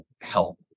help